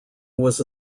was